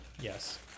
Yes